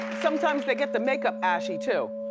sometimes they get the makeup ashy too.